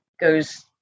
goes